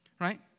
Right